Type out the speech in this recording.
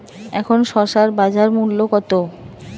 এখন শসার বাজার মূল্য কত?